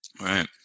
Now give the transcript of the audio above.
Right